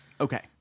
Okay